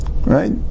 Right